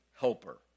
helper